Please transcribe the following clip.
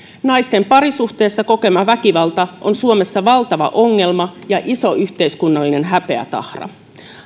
naisten parisuhteessa kokema väkivalta on suomessa valtava ongelma ja iso yhteiskunnallinen häpeätahra